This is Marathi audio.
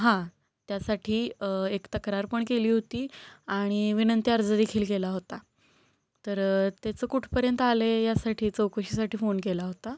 हां त्यासाठी एक तक्रार पण केली होती आणि विनंती अर्ज देखील केला होता तर त्याचं कुठपर्यंत आलं आहे यासाठी चौकशीसाठी फोन केला होता